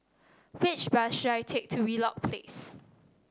which bus should I take to Wheelock Place